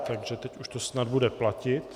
Takže teď už to snad bude platit.